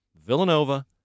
Villanova